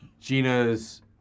Gina's